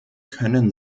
können